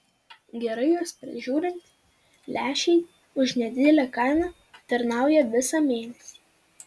gerai juos prižiūrint lęšiai už nedidelę kainą tarnauja visą mėnesį